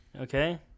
Okay